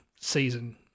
season